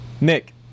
Nick